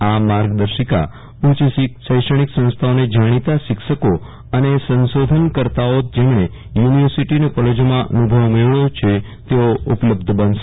આ માર્ગદર્શિકા ઉચ્ચ શૈક્ષણિક સંસ્થાઓને જાણીતા શિક્ષકો અને સંશોધનકર્તાઓ જેમણે યુવિવર્સિટી અને કોલેજોમાં અનુભવ મેળવ્યો છે તેઓ ઉપલબ્ધ બનશે